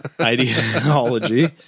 ideology